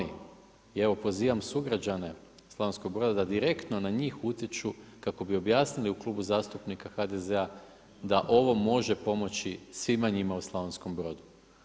I evo pozivam sugrađane Slavonskog Broda da direktno na njih utječu kako bi objasnili u Klubu zastupnika HDZ-a da ovo može pomoći svima njima u Slavonskom Brodu.